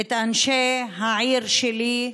את אנשי העיר שלי,